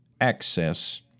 access